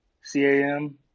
C-A-M